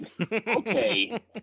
okay